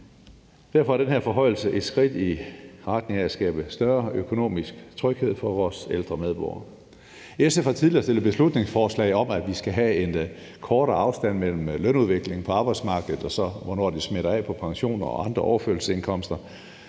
Derfor er den her forhøjelse et skridt i retning af at skabe større økonomisk tryghed for vores ældre medborgere. SF har tidligere fremsat beslutningsforslag om, at vi skal have en kortere afstand mellem lønudviklingen på arbejdsmarkedet, og så hvornår det smitter af på pensioner og andre overførselsindkomster.